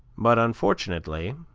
but, unfortunately,